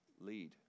lead